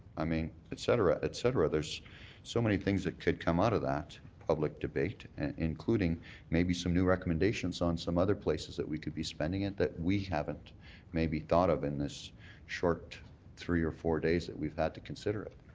i mean, et cetera, et cetera. there's so many things that could come out of that public debate including maybe some new recommendations on some other places that we could be spending it that we haven't maybe thought of in this short three or four days that we've had to consider it.